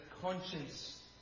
conscience